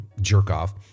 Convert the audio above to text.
jerk-off